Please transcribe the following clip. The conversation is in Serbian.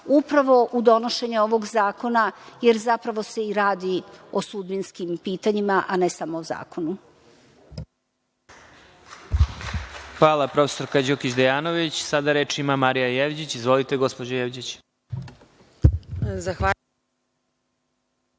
upravo u donošenje ovog zakona, jer zapravo se i radi o sudbinskim pitanjima, a ne samo o zakonu. **Maja Gojković** Hvala, profesorka Đukić Dejanović. Sada reč ima Marija Jevđić. Izvolite, gospođo Jevđić.